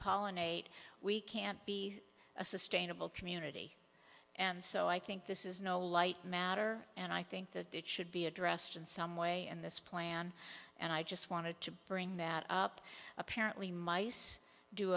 pollinate we can't be a sustainable community and so i think this is no light matter and i think that that should be addressed in some way in this plan and i just wanted to bring that up apparently mice do